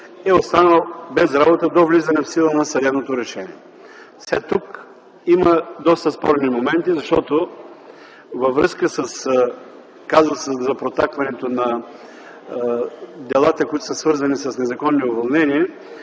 е останал без работа до влизане в сила на съдебното решение. Тук има доста спорни моменти, защото във връзка с казуса за протакането на делата, които са свързани с незаконни уволнения,